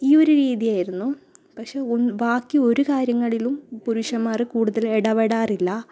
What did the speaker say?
ഈയൊരു രീതിയായിരുന്നു പക്ഷേ ഒ ബാക്കി ഒരു കാര്യങ്ങളിലും പുരുഷന്മാർ കൂടുതൽ ഇടപെടാറില്ല